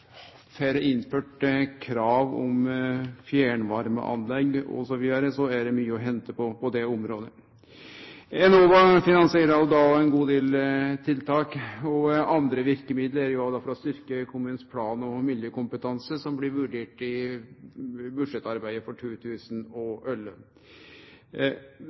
får innført krav om fjernvarmeanlegg osv., er det mykje å hente på det området. Enova finansierer ein god del tiltak. Det er òg verkemiddel for å styrkje kommunanes plan- og miljøkompetanse som blir vurderte i budsjettarbeidet for